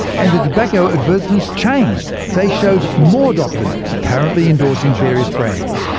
and the tobacco advertisements changed they showed more doctors apparently endorsing various brands!